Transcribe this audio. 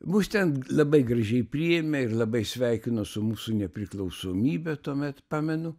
mus ten labai gražiai priėmė ir labai sveikino su mūsų nepriklausomybe tuomet pamenu